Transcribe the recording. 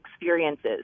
experiences